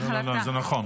זה נכון.